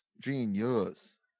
Genius